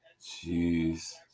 Jeez